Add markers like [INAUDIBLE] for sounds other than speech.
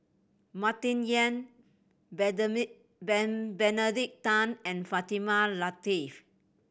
Martin Yan [UNINTELLIGIBLE] Benedict Tan and Fatimah Lateef